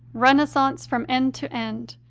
renaissance from end to end,